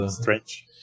strange